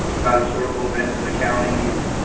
about historical events in the county, and